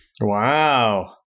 wow